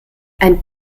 ein